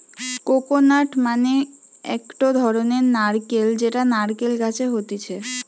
coconut মানে একটো ধরণের নারকেল যেটা নারকেল গাছে হতিছে